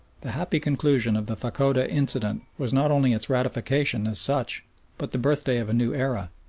the happy conclusion of the fachoda incident was not only its ratification as such but the birthday of a new era.